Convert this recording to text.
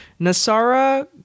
Nasara